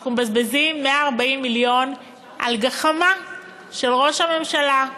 אנחנו מבזבזים 140 מיליון על גחמה של ראש הממשלה,